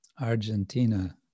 Argentina